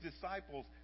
disciples